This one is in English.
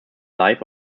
life